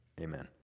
Amen